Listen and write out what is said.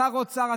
שר האוצר,